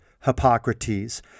Hippocrates